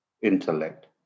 intellect